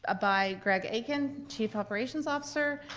ah by greg aiken, chief operations officer,